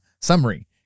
summary